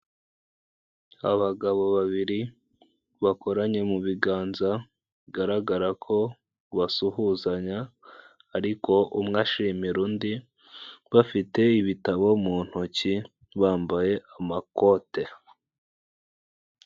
Abagabo babiri bakoranye mu biganza bigaragara ko basuhuzanya ariko umwe ashimira undi bafite ibitabo mu ntoki bambaye amakote.